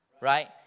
Right